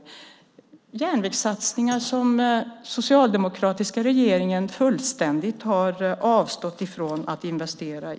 Detta är järnvägssatsningar som den socialdemokratiska regeringen fullständigt har avstått från att investera i.